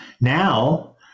now